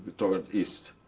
toward east.